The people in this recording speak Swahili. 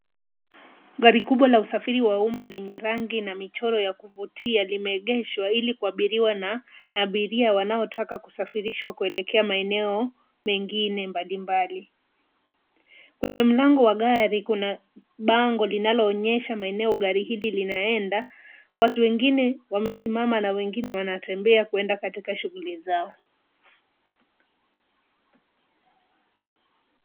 Gari kubwa la usafiri wa umma lenye rangi na michoro ya kuvutia limeegeshwa ili kuabiriwa na abiria wanaotaka kusafirishwa kuelekea maeneo mengine mbalimbali. Kwenye mlango wa gari kuna bango linaloonyesha maeneo gari hili linaenda. Watu wengine wamesimama na wengine wanatembea kuenda katika shughuli zao.